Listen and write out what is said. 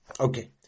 Okay